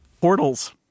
portals